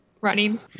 running